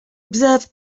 observe